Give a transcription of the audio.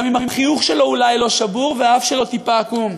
גם אם החיוך שלו אולי שבור והאף שלו טיפה עקום.